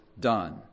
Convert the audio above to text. done